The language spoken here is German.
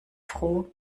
froh